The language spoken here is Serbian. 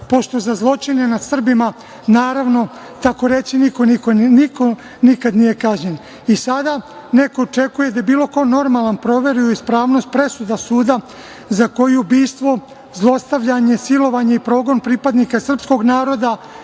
pošto za zločine nad Srbima naravno, takoreći, niko nikad nije kažnjen. Sada neko očekuje da bilo ko normalan poveruje u ispravnost presuda suda za koje ubistvo, zlostavljanje, silovanje i progon pripadnika srpskog naroda